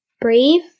brave